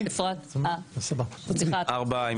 ארבעה.